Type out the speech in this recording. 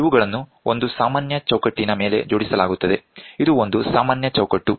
ಇವುಗಳನ್ನು ಒಂದು ಸಾಮಾನ್ಯ ಚೌಕಟ್ಟಿನ ಮೇಲೆ ಜೋಡಿಸಲಾಗುತ್ತದೆ ಇದು ಒಂದು ಸಾಮಾನ್ಯ ಚೌಕಟ್ಟು